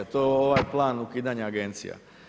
To ovaj plan ukidanja agencija.